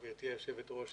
גברתי היושבת-ראש,